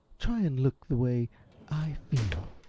try and look the way i feel!